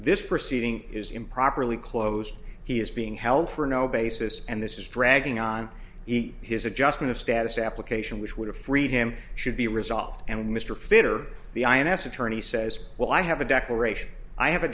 this proceeding is improperly closed he is being held for no basis and this is dragging on eat his adjustment of status application which would have freed him should be resolved and mr fitter the ins attorney says well i have a declaration i have a